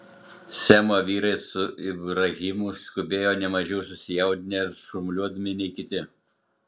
semo vyrai su ibrahimu skubėjo ne mažiau susijaudinę ir šurmuliuodami nei kiti